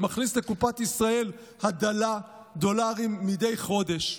מכניס לקופת ישראל הדלה דולרים מדי חודש.